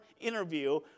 interview